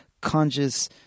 conscious